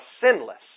sinless